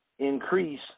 Increase